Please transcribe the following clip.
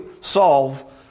solve